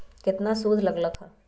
केतना सूद लग लक ह?